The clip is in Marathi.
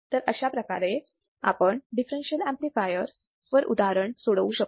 तर अशाप्रकारे आपण दिफ्फेरेन्शियल ऍम्प्लिफायर वर उदाहरण सोडवू शकतो